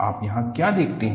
आप यहाँ क्या देखते हैं